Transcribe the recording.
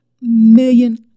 million